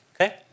Okay